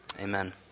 Amen